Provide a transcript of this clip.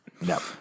No